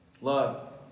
Love